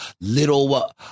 little